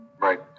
Right